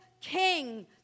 king